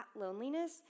loneliness